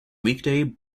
weekday